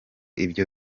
ibyo